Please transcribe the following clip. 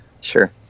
sure